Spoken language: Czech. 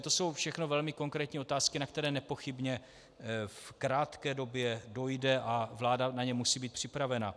To jsou všechno velmi konkrétní otázky, na které nepochybně v krátké době dojde a vláda na ně musí být připravena.